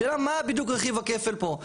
שאלה מה בדיוק רכיב הכפל פה.